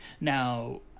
now